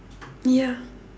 ya